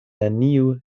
neniu